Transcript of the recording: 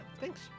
thanks